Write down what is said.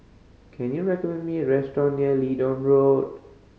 can you recommend me a restaurant near Leedon Road